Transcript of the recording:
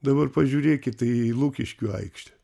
dabar pažiūrėkit į lukiškių aikštę